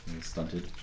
stunted